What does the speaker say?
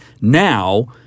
now